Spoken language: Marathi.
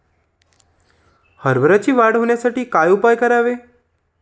हरभऱ्याची वाढ होण्यासाठी काय उपाय करावे?